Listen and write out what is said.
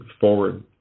forward